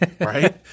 Right